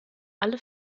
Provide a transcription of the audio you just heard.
alle